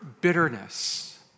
bitterness